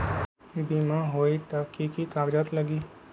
बिमा होई त कि की कागज़ात लगी?